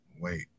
wait